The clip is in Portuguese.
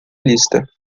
lista